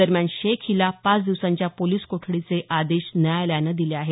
दरम्यान शेख हिला पाच दिवसांच्या पोलिस कोठडीचे आदेश न्यायालयानं दिले आहेत